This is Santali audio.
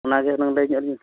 ᱚᱱᱟᱜᱮ ᱦᱩᱱᱟᱹᱝ ᱞᱟᱹᱭᱧᱚᱜ ᱟᱞᱤᱧᱵᱤᱱ